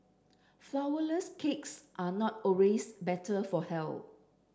flourless cakes are not always better for health